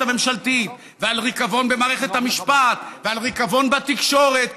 הממשלתית ועל ריקבון במערכת המשפט ועל ריקבון בתקשורת,